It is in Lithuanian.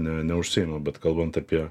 ne neužsiėmiau bet kalbant apie